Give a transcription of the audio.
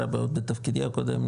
בתפקידי הקודם,